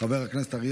חבר הכנסת רם בן ברק,